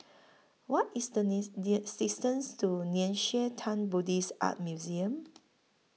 What IS The distance to Nei Xue Tang Buddhist Art Museum